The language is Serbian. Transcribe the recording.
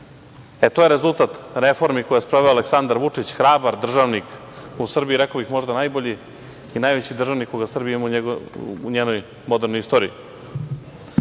je rezultat reformi koje je sproveo Aleksandar Vučić, hrabar državnik u Srbiji, rekao bih možda najbolji i najveći državnik koga Srbija ima u njenoj modernoj istoriji.